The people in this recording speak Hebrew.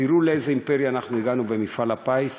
תראו לאיזו אימפריה הגענו במפעל הפיס.